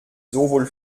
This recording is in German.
sowohl